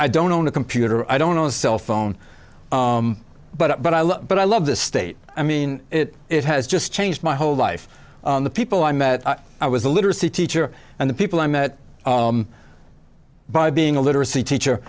don't own a computer i don't own a cell phone but i love but i love the state i mean it it has just changed my whole life the people i met i was a literacy teacher and the people i met by being a literacy teacher